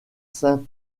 saint